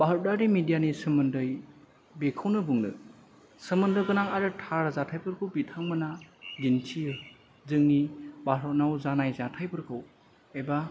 भारतारि मिदियानि सोमोन्दै बिखौनो बुंनो सोमोन्दो गोनां आरो जाथायफोरखौ बिथांमोना दिन्थियो जोंनि भारताव जानाय जाथायफोरखौ एबा